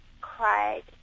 cried